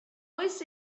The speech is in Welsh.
oes